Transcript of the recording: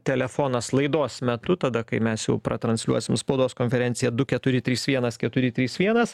telefonas laidos metu tada kai mes jau pratransliuosim spaudos konferenciją du keturi trys vienas keturi trys vienas